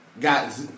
Got